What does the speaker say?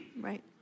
Right